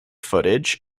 footage